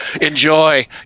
enjoy